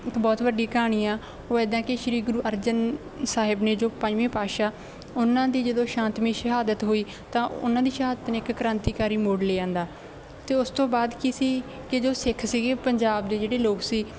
ਇੱਕ ਬਹੁਤ ਵੱਡੀ ਕਹਾਣੀ ਆ ਉਹ ਇੱਦਾਂ ਕਿ ਸ਼੍ਰੀ ਗੁਰੂ ਅਰਜਨ ਸਾਹਿਬ ਨੇ ਜੋ ਪੰਜਵੇਂ ਪਾਤਸ਼ਾਹ ਉਹਨਾਂ ਦੀ ਜਦੋਂ ਸ਼ਾਂਤਮਈ ਸ਼ਹਾਦਤ ਹੋਈ ਤਾਂ ਉਹਨਾਂ ਦੀ ਸ਼ਹਾਦਤ ਨੇ ਇੱਕ ਕ੍ਰਾਂਤੀਕਾਰੀ ਮੋੜ ਲਿਆਂਦਾ ਅਤੇ ਉਸ ਤੋਂ ਬਾਅਦ ਕੀ ਸੀ ਕਿ ਜੋ ਸਿੱਖ ਸੀਗੇ ਪੰਜਾਬ ਦੇ ਜਿਹੜੇ ਲੋਕ ਸੀ